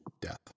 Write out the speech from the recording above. death